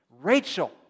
Rachel